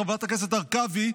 חברת הכנסת הרכבי,